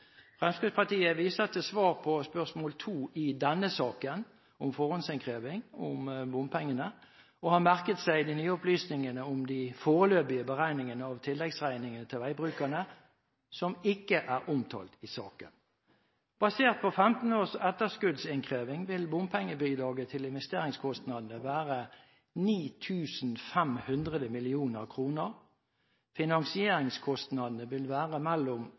og har merket seg de nye opplysningene om de foreløpige beregningene av tilleggsregningene til veibrukerne, som ikke er omtalt i saken. Basert på 15 års etterskuddsinnkreving vil bompengebidraget til investeringskostnadene være 9 500 mill. kr. Finansieringskostnadene vil være mellom